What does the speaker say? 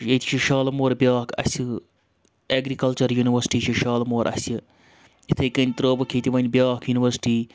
ییٚتہِ چھِ شالمور بیٛاکھ اَسہِ ایٚگرِکَلچَر یُنورسٹی چھِ شالمور اَسہِ اِتھَے کٔنۍ ترٛٲوٕکھ ییٚتہِ وۄنۍ بیاکھ یُنورسٹی